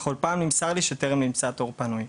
וכל פעם נמסר לי שטרם נמצא תור פנוי.